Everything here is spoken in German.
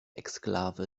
exklave